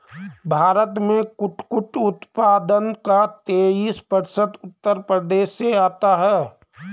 भारत में कुटकुट उत्पादन का तेईस प्रतिशत उत्तर प्रदेश से आता है